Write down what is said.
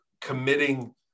committing